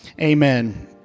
Amen